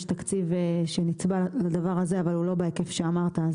יש תקציב שנצבע לדבר הזה אבל הוא לא בהיקף שאמרת.